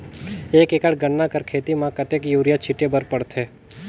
एक एकड़ गन्ना कर खेती म कतेक युरिया छिंटे बर पड़थे?